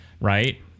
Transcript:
right